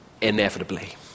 inevitably